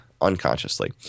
unconsciously